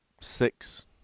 six